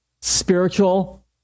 spiritual